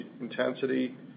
intensity